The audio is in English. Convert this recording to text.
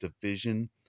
division